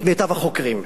את מיטב החוקרים,